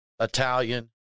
Italian